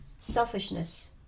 selfishness